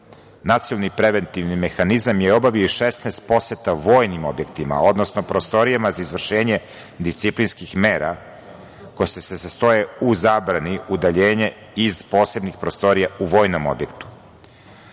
nacionalni preventivni mehanizam je obavio 16 poseta vojnim objektima, odnosno prostorijama za izvršenje disciplinskih mera koje se sastoje u zabrani udaljenja iz posebnih prostorija u vojnom objektu. Pored